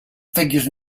figures